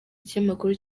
ikinyamakuru